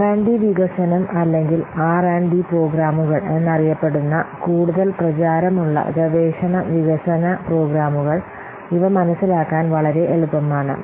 R and D RDവികസനം അല്ലെങ്കിൽ R and D പ്രോഗ്രാമുകൾ RD Programs എന്നറിയപ്പെടുന്ന കൂടുതൽ പ്രചാരമുള്ള ഗവേഷണ വികസന പ്രോഗ്രാമുകൾ ഇവ മനസിലാക്കാൻ വളരെ എളുപ്പമാണ്